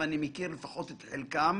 ואני מכיר לפחות את חלקם,